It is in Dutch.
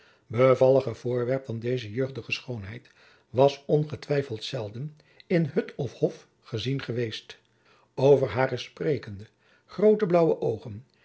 bevalliger voorwerp dan deze jeugdige schoonheid was ongetwijfeld zelden in hut of hof gezien geweest over hare sprekende groote blaauwe oogen